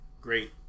great